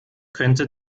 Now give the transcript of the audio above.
könnte